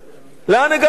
לאן הגענו עם זה?